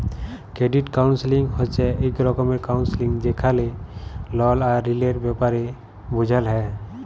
credit counselling হছে ইক রকমের কাউল্সেলিং যেখালে লল আর ঋলের ব্যাপারে বুঝাল হ্যয়